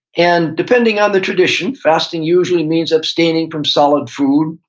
and, depending on the tradition, fasting usually means abstaining from solid food,